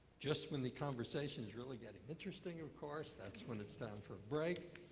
just when the conversation is really getting interesting, of course, that's when it's time for a break.